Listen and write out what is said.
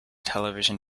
television